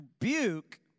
Rebuke